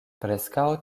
preskaŭ